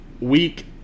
Week